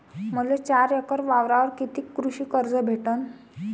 मले चार एकर वावरावर कितीक कृषी कर्ज भेटन?